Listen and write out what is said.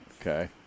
Okay